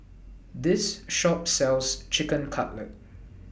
This Shop sells Chicken Cutlet